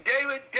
David